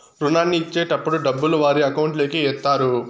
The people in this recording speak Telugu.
రుణాన్ని ఇచ్చేటటప్పుడు డబ్బులు వారి అకౌంట్ లోకి ఎత్తారు